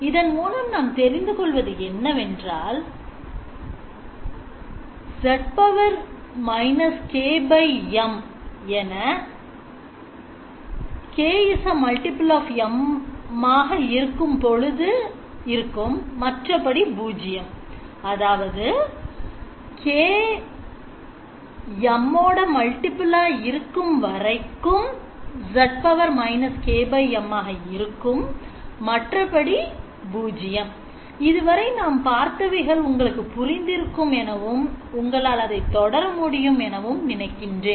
இதன் மூலம் நாம் தெரிந்து கொள்வது என்னவென்றால் z −kM k is a multiple of M 0 otherwise இதுவரை நாம் பார்த்தவைகள் உங்களுக்குப் புரிந்திருக்கும் எனவும் உங்களால் அதை தொடர முடியும் எனவும் நினைக்கின்றேன்